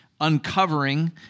uncovering